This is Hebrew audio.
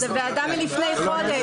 זה ועדה מלפני חודש.